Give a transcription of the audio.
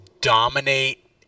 dominate